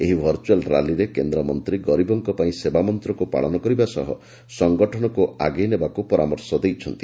ଏହି ଭର୍ରୁଆଲ୍ ର୍ୟାଲିରେ କେନ୍ଦ୍ରମନ୍ତୀ ଗରିବଙ୍କ ପାଇଁ ସେବାମନ୍ତକୁ ପାଳନ କରିବା ସହ ସଂଗଠନକୁ ଆଗେଇ ନେବାକୁ ପରାମର୍ଶ ଦେଇଛନ୍ତି